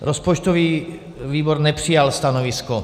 Rozpočtový výbor nepřijal stanovisko.